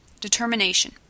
Determination